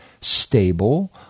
stable